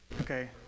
okay